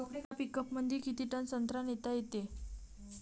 येका पिकअपमंदी किती टन संत्रा नेता येते?